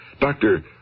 Doctor